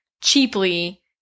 cheaply